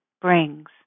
brings